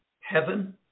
heaven